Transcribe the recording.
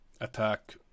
attack